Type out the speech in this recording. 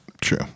True